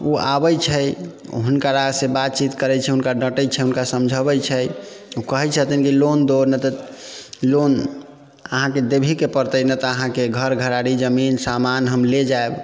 उ आबै छै हुनकासँ बातचीत करै छै हुनका डाँटै छै हुनका समझाबै छै उ कहै छथिन कि लोन दो नहीं तो लोन अहाँके देबहिके पड़तै नहि तऽ अहाँके घर घराड़ी जमीन सामान हम ले जायब